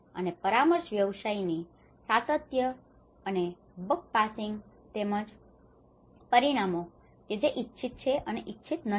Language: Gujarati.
અને પરામર્શ વ્યવસાયની સાતત્ય અને બક પાસીંગ તેમજ પરિણામો કે જે ઈચ્છિત છે અને ઈચ્છિત નથી